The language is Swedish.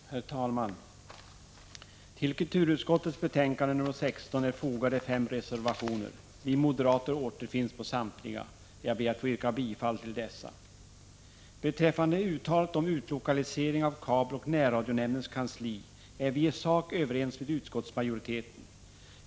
Herr talman! Till kulturutskottets betänkande nr 16 är fogade fem reservationer. Vi moderater återfinns på samtliga. Jag ber att få yrka bifall till dessa. Beträffande uttalandet om utlokalisering av kabeloch närradionämndens kansli är vi i sak överens med utskottsmajoriteten.